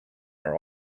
are